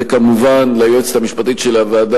וכמובן ליועצת המשפטית של הוועדה,